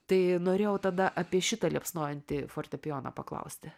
tai norėjau tada apie šitą liepsnojantį fortepijoną paklausti